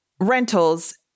rentals